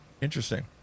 interesting